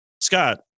Scott